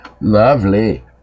Lovely